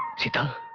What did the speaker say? sita